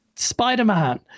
Spider-Man